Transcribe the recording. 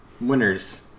winners